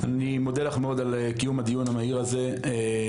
אני מודה לך מאוד על קיום הדיון המהיר הזה בנושא